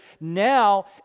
Now